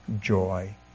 joy